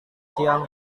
siang